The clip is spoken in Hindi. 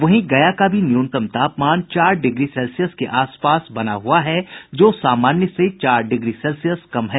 वहीं गया का भी न्यूनतम तापमान चार डिग्री सेल्सियस के आसपास बना हुआ है जो सामान्य से चार डिग्री सेल्सियस कम है